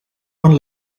van